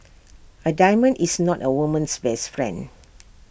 A diamond is not A woman's best friend